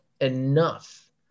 enough